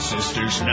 Sisters